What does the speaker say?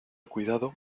cuidado